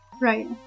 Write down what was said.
Right